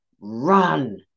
run